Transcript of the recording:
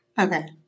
Okay